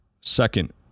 Second